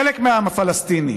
חלק מהעם הפלסטיני.